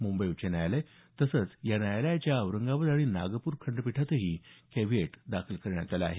मुंबई उच्च न्यायालय तसंच या न्यायालयाच्या औरंगाबाद आणि नागपूर खंडपीठातही कॅव्हिएट दाखल करण्यात आलं आहे